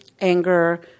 anger